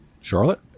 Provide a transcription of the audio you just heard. Charlotte